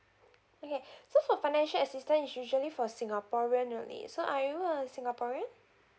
okay so for financial assistant it's usually for singaporean only so are you a singaporean